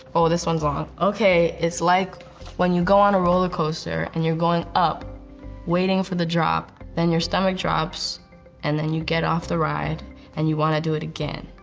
oh, this one's long. okay, it's like when you go on a roller coaster and you're going up waiting for the drop, then your stomach drops and then you get off the ride and you want to do it again.